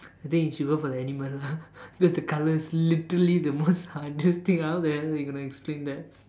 I think you should go for the animal lah because the colour is literally the most hardest thing out there how you gonna explain that